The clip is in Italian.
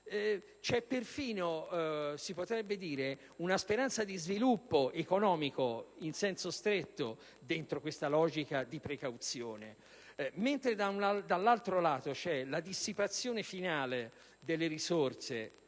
c'è perfino una speranza di sviluppo economico, in senso stretto, all'interno della logica di precauzione. Mentre, da un lato, c'è la dissipazione finale delle risorse